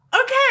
Okay